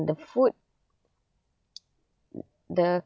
the food the